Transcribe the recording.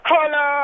Hello